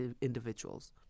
individuals